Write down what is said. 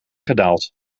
gedaald